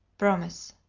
promise!